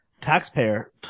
taxpayer